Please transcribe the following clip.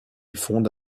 fonde